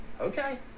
okay